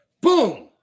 Boom